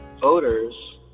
voters